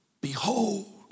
behold